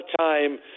time